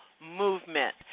movement